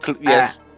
Yes